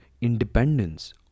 independence